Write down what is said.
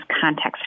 context